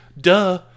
duh